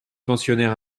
pensionnaire